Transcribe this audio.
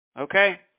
Okay